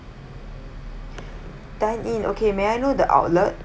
dine in okay may I know the outlet